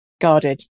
guarded